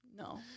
No